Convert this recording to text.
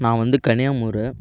நான் வந்து கனியாமூரு